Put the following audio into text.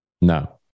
no